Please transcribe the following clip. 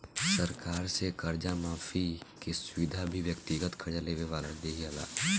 सरकार से कर्जा माफी के सुविधा भी व्यक्तिगत कर्जा लेवे वाला के दीआला